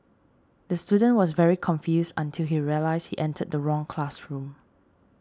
the student was very confused until he realised entered the wrong classroom